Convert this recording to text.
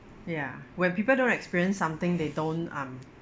ya when people don't experience something they don't um